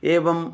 एवं